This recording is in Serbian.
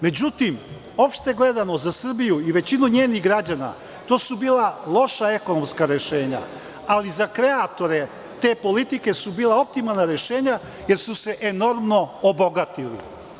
Međutim, opšte gledano za Srbiju i većinu njenih građana to su bila loša ekonomska rešenja, ali za kreatore te politike su bila optimalna rešenja jer su se enormno obogatili.